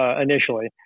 initially